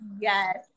Yes